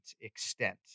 extent